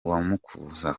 makuza